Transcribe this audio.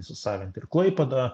įsisavint ir klaipėdą